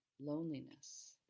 loneliness